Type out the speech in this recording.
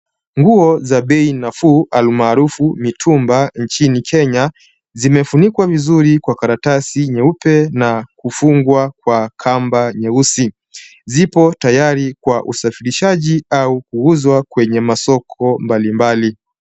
Nguo za bei nafuu almaarufu mitumba nchini Kenya, zimefunikwa vizuri kwa karatasi nyeupe na kufungwa kwa kamba nyeusi. Zipo tayari kwa usafirishaji au kuuzwa kwenye masoko mbali mbali.